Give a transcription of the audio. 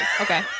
Okay